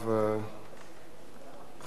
חבר הכנסת דב חנין.